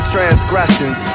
Transgressions